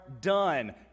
done